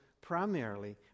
primarily